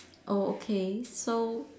oh okay so